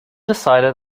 decided